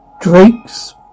Drake's